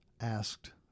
asked